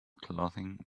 clothing